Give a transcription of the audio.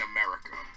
America